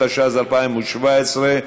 התשע"ז 2017,